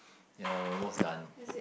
ya almost done